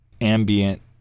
ambient